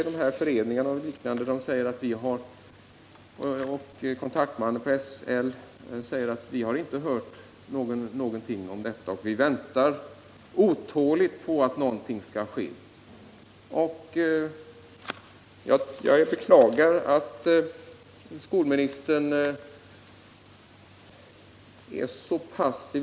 De som är aktiva inom dessa föreningar och kontaktmannen på SL säger: Vi har inte hört någonting, men vi väntar otåligt på att någonting skall ske. Jag beklagar att skolministern är så passiv.